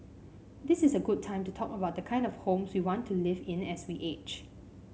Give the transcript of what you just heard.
this is a good time to talk about the kind of homes we want to live in as we age